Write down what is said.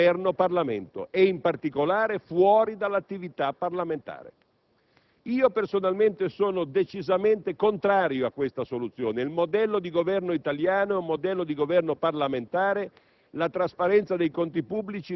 fuori dal circuito Governo‑Parlamento e in particolare fuori dall'attività parlamentare. Personalmente, sono decisamente contrario a questa soluzione. Il modello di Governo italiano è un modello di Governo parlamentare,